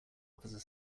officer